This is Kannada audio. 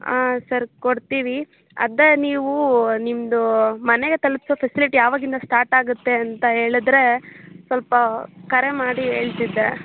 ಆ ಸರ್ ಕೊಡ್ತೀವಿ ಅದೇ ನೀವು ನಿಮ್ದು ಮನೆಗೆ ತಲುಪಿಸೋ ಫೆಸಿಲಿಟಿ ಯಾವಾಗಿಂದ ಸ್ಟಾರ್ಟ್ ಆಗತ್ತೆ ಅಂತ ಹೇಳಿದ್ರೆ ಸ್ವಲ್ಪ ಕರೆ ಮಾಡಿ ಹೇಳ್ತಿದ್ದೆ